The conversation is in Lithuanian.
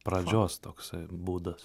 pradžios toksai būdas